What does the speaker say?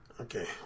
Okay